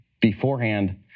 beforehand